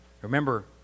Remember